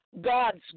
God's